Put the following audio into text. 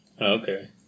Okay